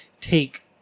take